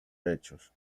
hechos